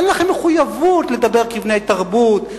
אין לכם מחויבות לדבר כבני תרבות,